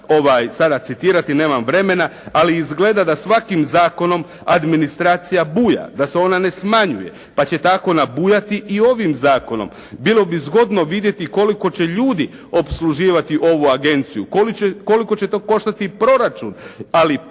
sada citirati, nemam vremena, ali izgleda da svakim zakonom administracija buja, da se ona ne smanjuje, pa će tako nabujati i ovim zakonom. Bilo bi zgodno vidjeti koliko će ljudi opsluživati ovu agenciju, koliko će to koštati proračun, ali ponajviše